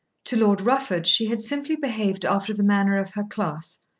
to lord rufford she had simply behaved after the manner of her class,